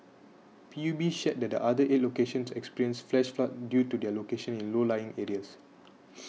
P U B shared that the other eight locations experienced flash floods due to their locations in low lying areas